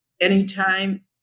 anytime